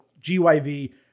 GYV